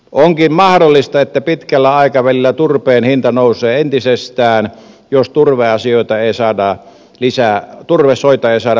onkin mahdollista että pitkällä aikavälillä turpeen hinta nousee entisestään jos turvesoita ei saada lisää käyttöön